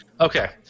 okay